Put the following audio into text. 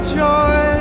joy